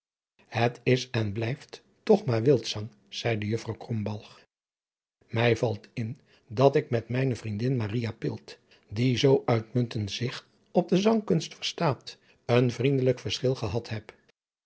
het is en blijft toch maar wildzang zeide juffrouw krombalg mij valt in dat ik met mijne vriendin maria pilt die zoo uitmuntend zich op de zangkunst verstaat een vriendelijk verschil gehad heb